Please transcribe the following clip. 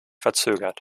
verzögert